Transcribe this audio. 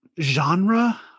genre